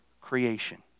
creation